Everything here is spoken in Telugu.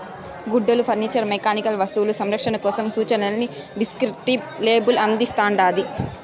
గుడ్డలు ఫర్నిచర్ మెకానికల్ వస్తువులు సంరక్షణ కోసం సూచనలని డిస్క్రిప్టివ్ లేబుల్ అందిస్తాండాది